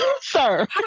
sir